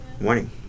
morning